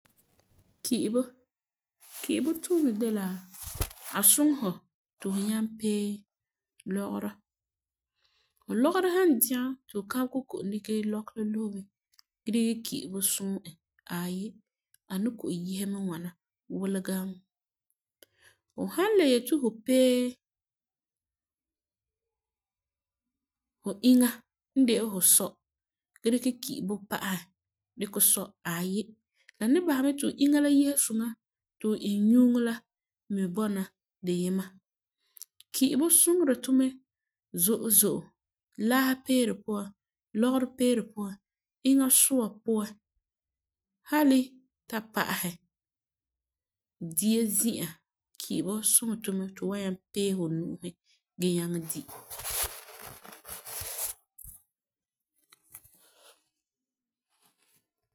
Ki'ibɔ, ki'ibɔ tuunɛ de la a suŋɛ fu to fu nyaŋɛ pee lɔgerɔ. Fu lɔgerɔ san dɛgɛ ti fu kabegɛ ko'om dikɛ lɔkɔ la lusɛ bini dikɛ ki'ibɔ suɛ e ayi,a ni kɔ'ɔm yese mɛ ŋwana wulegam. Fu san le yeti fu pee fu inya n de fu sɔ gee dikɛ ki'ibɔ pa'asɛ dikɛ sɔ ayi, la ni basɛ mɛ ti fu inya la yese suŋa ti fu inyuuŋo la mɛ bɔna diyima. Ki'ibɔ suŋeri tu mɛ zo'e zo'e, laasi peere puan, lɔgerɔ peere puan inya suua puan hali ta pa'asɛ dia zi'a, ki'ibɔ suŋeri tu ti tu wan nyaŋɛ pee fu nu'usi gee nyaŋɛ di.